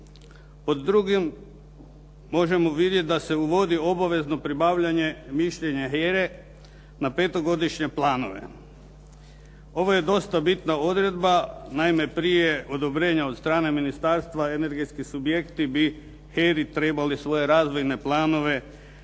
Pod drugim možemo vidjeti da se uvodi obavezno pribavljanje i mišljenje HERA-e. Ovo je dosta bitna odredba. Naime, prije odobrenja od strane ministarstva energetski subjekti bi HERA-i trebali svoje razvojne planove